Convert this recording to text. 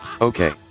Okay